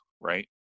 right